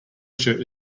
shirt